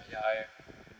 ya I